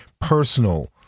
personal